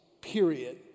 Period